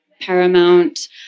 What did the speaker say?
paramount